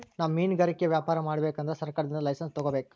ನಾವ್ ಮಿನ್ಗಾರಿಕೆ ವ್ಯಾಪಾರ್ ಮಾಡ್ಬೇಕ್ ಅಂದ್ರ ಸರ್ಕಾರದಿಂದ್ ಲೈಸನ್ಸ್ ತಗೋಬೇಕ್